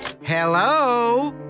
Hello